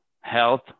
health